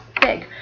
big